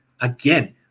again